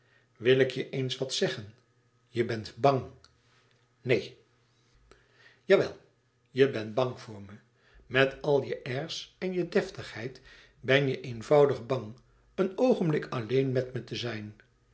wil ik je eens wat zeggen je bent bang neen jawel je bent bang voor me met al je airs en je deftigheid ben je eenvoudig bang een oogenblik alleen met me te zijn